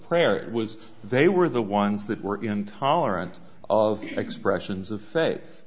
prayer it was they were the ones that were intolerant of expressions of fa